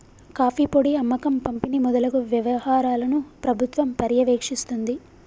coffee పొడి అమ్మకం పంపిణి మొదలగు వ్యవహారాలను ప్రభుత్వం పర్యవేక్షిస్తుంది